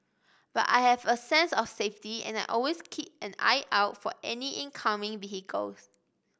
but I have a sense of safety and I always keep an eye out for any incoming vehicles